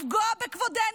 לפגוע בכבודנו,